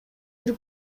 бир